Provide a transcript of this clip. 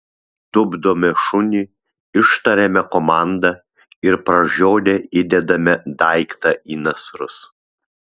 tupdome šunį ištariame komandą ir pražiodę įdedame daiktą į nasrus